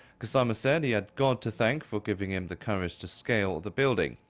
gassama said he had god to thank for giving him to courage to scale the building.